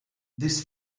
this